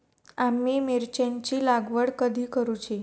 आम्ही मिरचेंची लागवड कधी करूची?